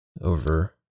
over